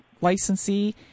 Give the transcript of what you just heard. licensee